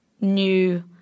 new